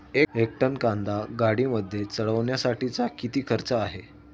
एक टन कांदा गाडीमध्ये चढवण्यासाठीचा किती खर्च आहे?